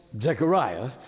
Zechariah